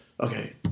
Okay